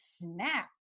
snap